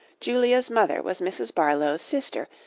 julia's mother was mrs. barlow's sister,